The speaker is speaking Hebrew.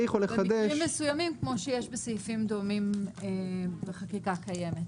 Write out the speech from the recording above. מסוימים כמו שיש בסעיפים דומים בחקיקה הקיימת.